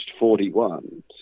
41